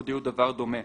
הודיעו דבר דומה.